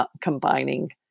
combining